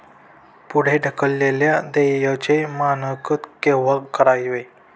पुढे ढकललेल्या देयचे मानक केव्हा करावे?